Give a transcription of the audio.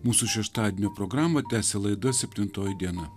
mūsų šeštadienio programą tęsia laida septintoji diena